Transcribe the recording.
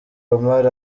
omar